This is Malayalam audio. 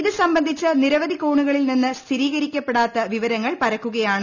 ഇത് സംബന്ധിച്ച് നിരവധി കോണുകളിൽ നിന്ന് സ്ഥിരീകരിക്കപ്പെടാത്ത വിവരങ്ങൾ പരക്കുകയാണ്